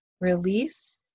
release